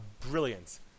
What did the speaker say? brilliant